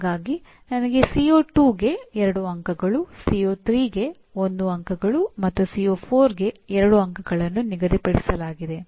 ಹಾಗಾಗಿ ನನಗೆ ಸಿಒ2 ಗೆ 2 ಅಂಕಗಳನ್ನು ನಿಗದಿಪಡಿಸಲಾಗಿದೆ